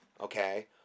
Okay